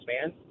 man